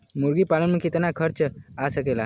मुर्गी पालन में कितना खर्च आ सकेला?